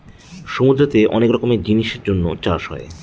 সমুদ্রতে অনেক রকমের জিনিসের জন্য চাষ হয়